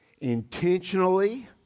intentionally